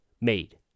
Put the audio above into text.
made